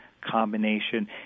combination